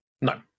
No